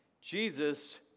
Jesus